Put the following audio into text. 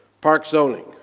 park zoning.